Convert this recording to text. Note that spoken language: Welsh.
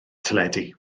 teledu